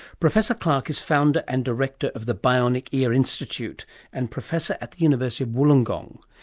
professor clark is founder and director of the bionic ear institute and professor at the university of wollongong.